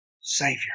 Savior